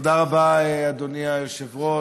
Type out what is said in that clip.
תודה רבה, אדוני היושב-ראש.